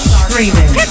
screaming